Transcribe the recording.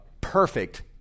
perfect